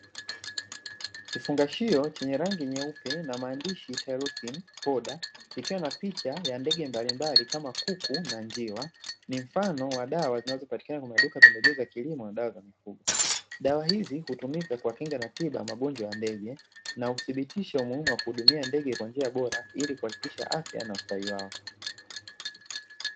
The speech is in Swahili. Kifungashio chenye rangi nyeupe na maandishi ''TYLOSIN POWDER'' kikiwa na picha ya ndege mbalimbali kama kuku na njiwa ni mfano wa dawa zinazopatikana kwenye maduka ya pembejeo za kilimo na dawa za mifugo, dawa hizi hutumika kuwakinga na tiba magonjwa ya ndege na huthibitisha umuhimu wa kuhudumia ndege kwa njia bora ili kuhakikisha afya na ustawi wao.